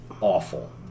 awful